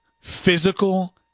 Physical